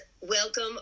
welcome